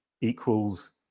equals